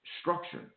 structure